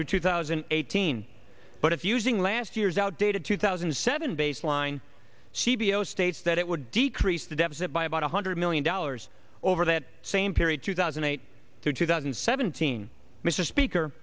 through two thousand and eighteen but if using last year's outdated two thousand and seven baseline she b o states that it would decrease the deficit by about one hundred million dollars over that same period two thousand and eight to two thousand and seventeen mr speaker